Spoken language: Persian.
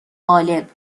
غالب